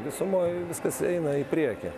visumoj viskas eina į priekį